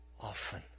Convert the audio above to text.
often